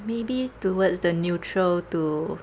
maybe towards the neutral to